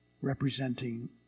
representing